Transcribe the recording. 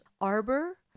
Arbor